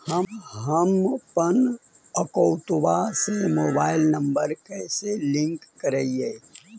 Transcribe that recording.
हमपन अकौउतवा से मोबाईल नंबर कैसे लिंक करैइय?